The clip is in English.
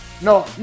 No